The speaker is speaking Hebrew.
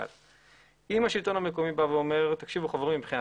אם השלטון המקומי בא ואומר שמבחינתו